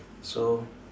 so